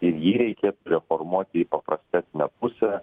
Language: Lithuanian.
ir jį reikėtų reformuoti į paprastesnę pusę